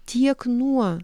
tiek nuo